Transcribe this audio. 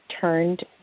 turned